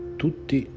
tutti